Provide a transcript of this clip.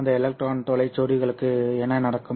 அந்த எலக்ட்ரான் துளை ஜோடிகளுக்கு என்ன நடக்கும்